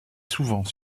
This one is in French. souvent